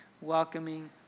welcoming